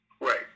Right